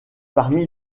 parmi